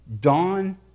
Dawn